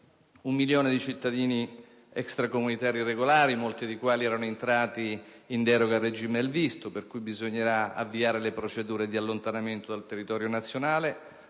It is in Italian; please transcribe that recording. Un milione di cittadini extracomunitari irregolari, molti dei quali erano entrati in deroga al regime e al visto (per cui bisognerà avviare le procedure di allontanamento dal territorio nazionale),